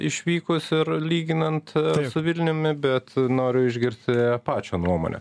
išvykus ir lyginant su vilniumi bet noriu išgirsti pačio nuomonę